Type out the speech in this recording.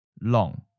Long